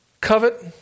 Covet